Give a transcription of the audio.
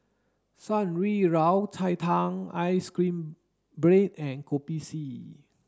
Shan Rui Yao Cai Tang ice cream bread and Kopi C